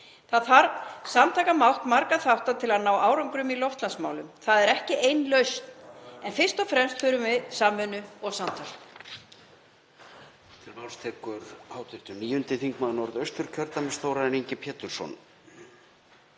Það þarf samtakamátt margra þátta til að ná árangri í loftslagsmálum. Það er ekki til ein lausn en fyrst og fremst þurfum við samvinnu og samtal.